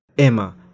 Emma